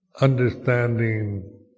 understanding